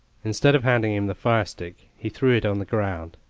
instead of handing him the firestick he threw it on the ground.